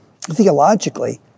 Theologically